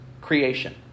creation